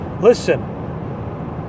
listen